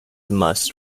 must